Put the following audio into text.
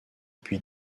puis